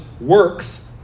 works